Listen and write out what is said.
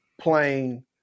playing